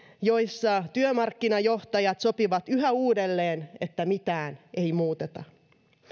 joissa työmarkkinajohtajat sopivat yhä uudelleen että mitään ei muuteta